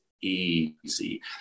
easy